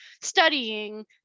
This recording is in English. studying